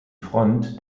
front